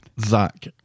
Zach